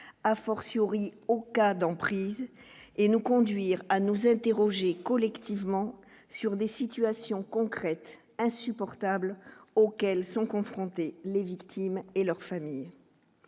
à fortiori au cas d'emprise et nous conduire à nous interroger collectivement sur des situations concrètes insupportables auxquelles sont confrontées les victimes et leurs familles,